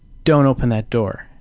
don't open that door.